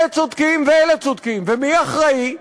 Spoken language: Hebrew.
אלה צודקים ואלה צודקים, ומי אחראי?